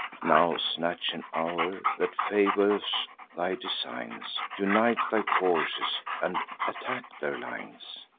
now snatch an hour that favors thy designs unite thy forces, and attack their lines.